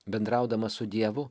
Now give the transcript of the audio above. bendraudamas su dievu